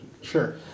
Sure